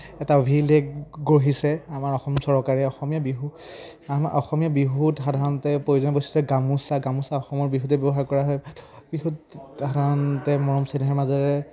এটা অভিলেখ গঢ়িছে আমাৰ অসম চৰকাৰে অসমীয়া বিহু আমাৰ অসমীয়া বিহুত সাধাৰণতে প্ৰয়োজনীয় বস্তু এতিয়া গামোচা গামোচা অসমৰ বিহুতে ব্যৱহাৰ কৰা হয় বিহুত সাধাৰণতে মৰম চেনেহৰ মাজেৰে